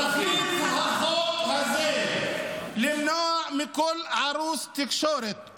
תכלית החוק הזה היא למנוע מכל ערוץ תקשורת,